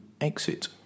exit